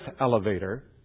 elevator